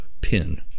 pin